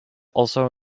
also